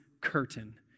curtain